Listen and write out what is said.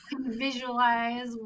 visualize